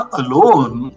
alone